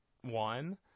one